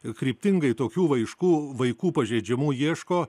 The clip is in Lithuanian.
ir kryptingai tokių vaiškų vaikų pažeidžiamų ieško